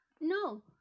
No